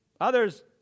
Others